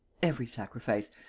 every sacrifice,